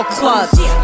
clubs